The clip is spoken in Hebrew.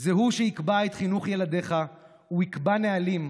זה הוא שיקבע את חינוך ילדיך / הוא יקבע נהלים,